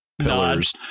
pillars